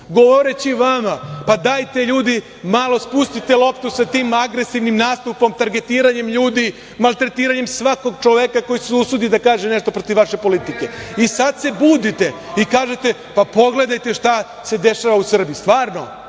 govoreći vama, pa dajte ljudi, malo spustite loptu sa tim agresivnim nastupom, targetiranjem ljudi, maltretiranjem svakog čoveka koji se usudi da kaže nešto protiv vaše politike.I sad se budite i kažete – pa pogledajte šta se dešava u Srbiji. Stvarno?